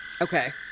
Okay